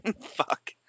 fuck